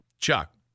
Chuck